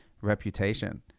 reputation